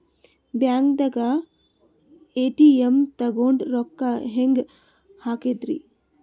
ಬ್ಯಾಂಕ್ದಾಗ ಎ.ಟಿ.ಎಂ ತಗೊಂಡ್ ರೊಕ್ಕ ಹೆಂಗ್ ಹಾಕದ್ರಿ?